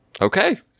Okay